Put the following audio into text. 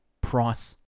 price